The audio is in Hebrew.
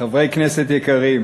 חברי כנסת יקרים,